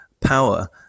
power